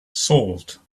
salt